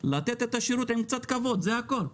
שייתנו את השירות עם קצת כבוד, זה הכול,